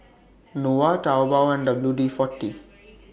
Nova Taobao and W D forty